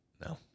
No